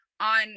on